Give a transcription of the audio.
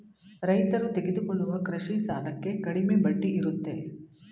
ರೈತರು ತೆಗೆದುಕೊಳ್ಳುವ ಕೃಷಿ ಸಾಲಕ್ಕೆ ಕಡಿಮೆ ಬಡ್ಡಿ ಇರುತ್ತೆ